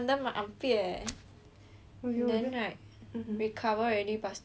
then right recover already but still got the stupid scar